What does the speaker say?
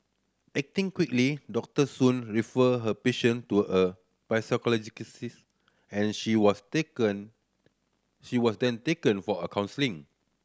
acting quickly Doctor Soon referred her patient to a and she was taken she was then taken for a counselling